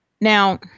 Now